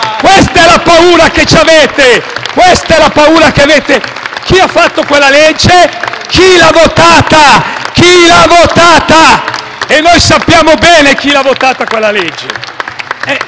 Questa è la paura che avete voi che avete fatto quella legge e l'avete votata, e noi sappiamo bene chi ha votato quella legge.